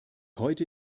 heute